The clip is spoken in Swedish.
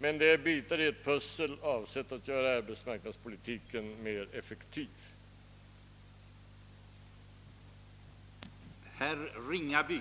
men de utgör bitar i ett pussel av åtgärder för att skapa en mera effektiv arbetsmarknadspolitik.